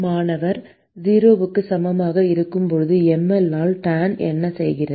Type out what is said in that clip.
மாணவர் 0 க்கு சமமாக இருக்கும் போது mL ஆல் tanh என்ன செய்கிறது